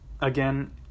Again